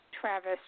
Travis